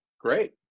Great